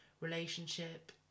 relationship